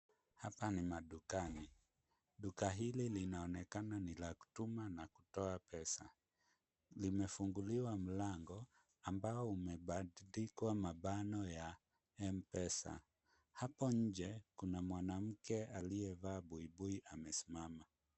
Hapa ni madukani. Duka hili linaonekana ni la kutuma na kutoa pesa. Limefunguliwa mlango ambao umebandikwa mabano ya M-Pesa. Hapo nje, kuna mwanamke aliyevaa buibui amesimama.